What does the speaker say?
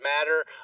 matter